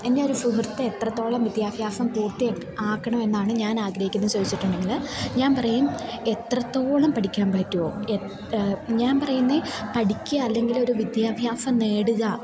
എന്റെയൊരു സുഹൃത്ത് എത്രത്തോളം വിദ്യാഭ്യാസം പൂർത്തിയാക്കണമെന്നാണ് ഞാൻ ആഗ്രഹിക്കുന്നതെന്ന് ചോദിച്ചിട്ടുണ്ടെങ്കില് ഞാന് പറയും എത്രത്തോളം പഠിക്കാന് പറ്റുമോ ഞാൻ പറയുന്നത് പഠിക്കുക അല്ലെങ്കില് ഒരു വിദ്യാഭ്യാസം നേടുക